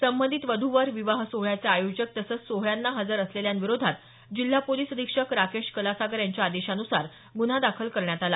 संबंधित वध् वर विवाह सोहळ्याचे आयोजक तसंच सोहळ्यांना हजर असलेल्यांविरोधात जिल्हा पोलीस अधीक्षक राकेश कलासागर यांच्या आदेशानुसार गुन्हा दाखल करण्यात आला